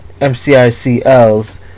MCICL's